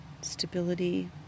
stability